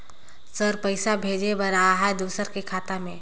Sir पइसा भेजे बर आहाय दुसर के खाता मे?